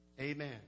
Amen